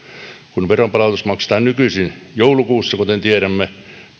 kun veronpalautus maksetaan nykyisin joulukuussa kuten tiedämme